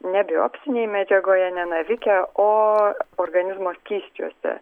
ne biopsinėj medžiagoje ne navike o organizmo skysčiuose